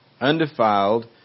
undefiled